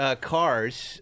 cars